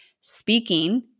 speaking